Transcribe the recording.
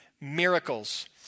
miracles